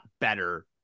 better